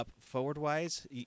forward-wise